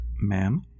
Ma'am